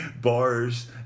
bars